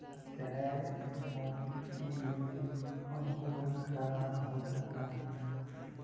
गैर मौजूदगी में अंकुरण खराब हो जाला